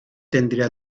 tendría